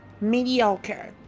mediocre